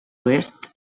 oest